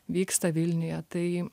vyksta vilniuje tai